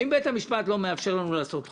האם בית המשפט לא מאפשר לנו לחוקק?